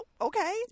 Okay